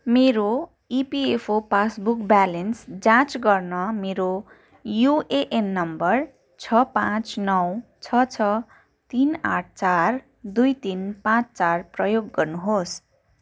मेरो EPFO passbook balance जाँच गर्न मेरो युएएन नम्बर छ पाँच नौ छ छ तिन आठ चार दुई तिन पाँच चार प्रयोग गर्नुहोस्